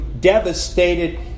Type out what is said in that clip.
devastated